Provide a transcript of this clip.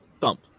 Thump